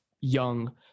young